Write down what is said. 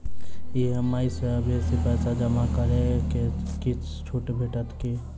EMI सँ बेसी पैसा जमा करै सँ किछ छुट भेटत की?